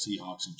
Seahawks